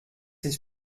this